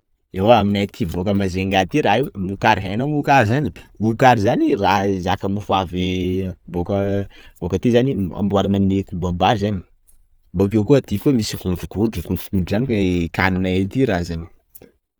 Ewa aminay boaka Majunga aty raha io mokary, hainao mokary zany, mokary zany raha zaka mofo avy boaka boaka aty zany amboarina aminy kobam-bary zany, bokeo koa aty koa misy godrogodro, godrogodro zany ii k- kaly nay aty raha zany.